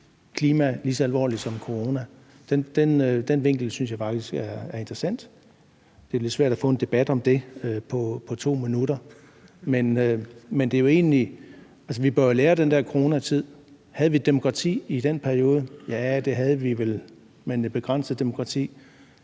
klima lige så alvorligt som corona? Den vinkel synes jeg faktisk er interessant. Det er lidt svært at få en debat om det på 2 minutter, men vi bør jo lære af den der coronatid. Havde vi demokrati i den periode? Ja, det havde vi vel, men et begrænset demokrati.